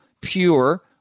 pure